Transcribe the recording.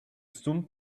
some